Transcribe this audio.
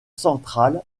central